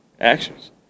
Actions